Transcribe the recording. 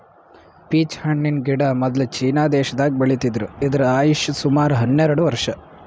peach ಹಣ್ಣಿನ್ ಗಿಡ ಮೊದ್ಲ ಚೀನಾ ದೇಶದಾಗ್ ಬೆಳಿತಿದ್ರು ಇದ್ರ್ ಆಯುಷ್ ಸುಮಾರ್ ಹನ್ನೆರಡ್ ವರ್ಷ್